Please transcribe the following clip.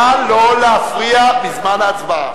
נא לא להפריע בזמן ההצבעה.